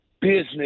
business